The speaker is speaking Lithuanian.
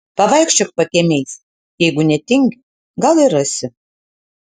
pavaikščiok pakiemiais jeigu netingi gal ir rasi